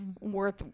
worth